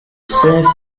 served